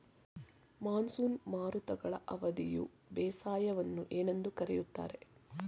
Monsoon ಮಾರುತಗಳ ಅವಧಿಯ ಬೇಸಾಯವನ್ನು ಏನೆಂದು ಕರೆಯುತ್ತಾರೆ?